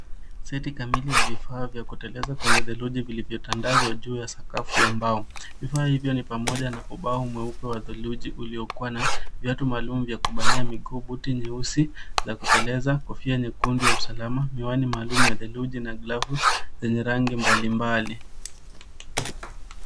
Seti kamili ya vifaa vya kuteleza kwenye theluji vilivyotandazwa juu ya sakafu ya mbao. Vifaa hivyo ni pamoja na ubao mweupe wa theluji uliokua na viatu maalum vya kubania mguu, buti nyeusi za kuteleza, kofia nyekundu ya usalama, miwani maalum ya theluji na glavu zenye rangi mbalimbali.